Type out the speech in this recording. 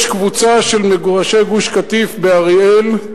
יש קבוצה של מגורשי גוש-קטיף באריאל.